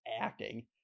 acting